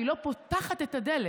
ואז היא לא פותחת את הדלת,